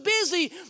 busy